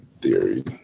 theory